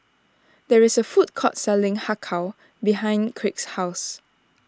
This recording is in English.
there is a food court selling Har Kow behind Kraig's house